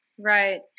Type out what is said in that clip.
Right